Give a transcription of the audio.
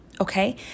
Okay